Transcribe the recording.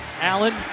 Allen